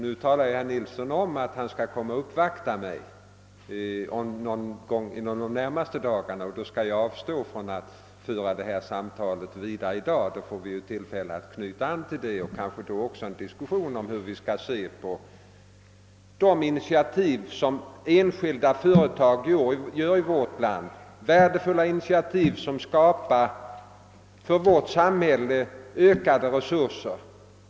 Nu talar herr Nilsson i Tvärålund om att han skall uppvakta mig någon av de närmaste dagarna, och därför skall jag avstå från att föra detta samtal vidare i dag. Vi får ju tillfälle att knyta an till det och kanske också att diskutera hur vi skall se på de initiativ som enskilda företag i vårt land tar, värdefulla initiativ som skapar ökade resurser för vårt samhälle.